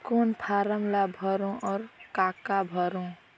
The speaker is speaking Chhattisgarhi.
कौन फारम ला भरो और काका भरो?